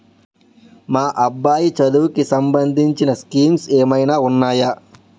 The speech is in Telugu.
మా అబ్బాయి చదువుకి సంబందించిన స్కీమ్స్ ఏమైనా ఉన్నాయా?